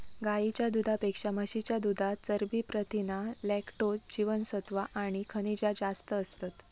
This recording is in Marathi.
गाईच्या दुधापेक्षा म्हशीच्या दुधात चरबी, प्रथीना, लॅक्टोज, जीवनसत्त्वा आणि खनिजा जास्त असतत